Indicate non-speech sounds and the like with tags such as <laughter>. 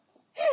<laughs>